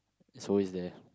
it's always there